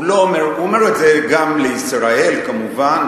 הוא אומר את זה גם לישראל כמובן,